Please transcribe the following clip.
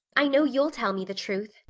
i know you'll tell me the truth.